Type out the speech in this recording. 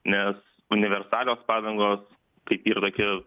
nes universalios padangos kaip yra tokia